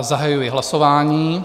Zahajuji hlasování.